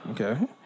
okay